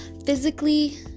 physically